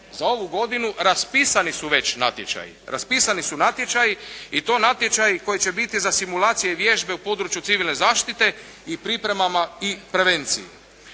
natječaji. Raspisani su natječaji i to natječaji koji će biti za simulacije vježbe u području civilne zaštite i pripremama i prevenciji.